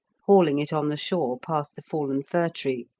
hauling it on the shore past the fallen fir tree,